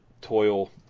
toil